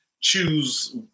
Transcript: choose